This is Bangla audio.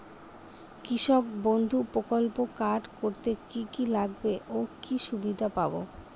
কৃষক বন্ধু প্রকল্প কার্ড করতে কি কি লাগবে ও কি সুবিধা পাব?